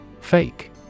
Fake